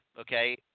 okay